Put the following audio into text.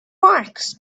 books